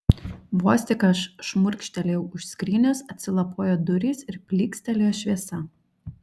vos tik aš šmurkštelėjau už skrynios atsilapojo durys ir plykstelėjo šviesa